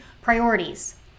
priorities